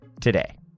today